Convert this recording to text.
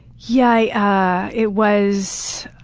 yeah, it was